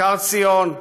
כיכר ציון,